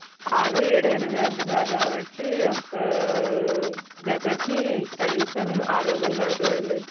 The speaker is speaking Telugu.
ఆరు ఏడు ఎనిమిది అంటున్నారు కాబట్టి ఒక్క జతకి కనీసం ఆరు వందలు పడుతుందండి